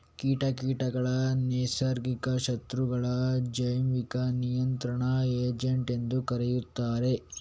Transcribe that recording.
ಕೀಟ ಕೀಟಗಳ ನೈಸರ್ಗಿಕ ಶತ್ರುಗಳು, ಜೈವಿಕ ನಿಯಂತ್ರಣ ಏಜೆಂಟ್ ಎಂದೂ ಕರೆಯುತ್ತಾರೆ